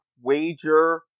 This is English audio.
wager